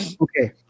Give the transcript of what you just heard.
Okay